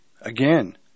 Again